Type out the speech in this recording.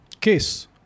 case